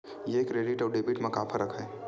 ये क्रेडिट आऊ डेबिट मा का फरक है?